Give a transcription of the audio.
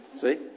See